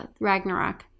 Ragnarok